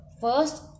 first